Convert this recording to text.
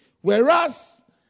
Whereas